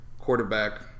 Quarterback